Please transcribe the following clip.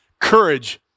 courage